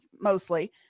mostly